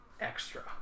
extra